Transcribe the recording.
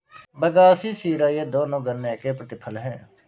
बगासी शीरा ये दोनों गन्ने के प्रतिफल हैं